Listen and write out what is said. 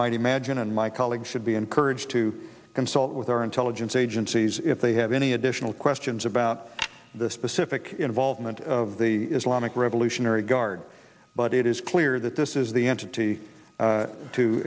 might imagine and my colleague should be encouraged to consult with our intelligence agencies if they have any additional questions about the specific involvement of the islamic revolutionary guard but it is clear that this is the entity